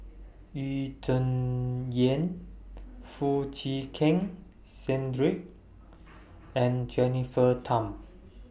Yu Zhuye Foo Chee Keng Cedric and Jennifer Tham